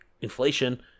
inflation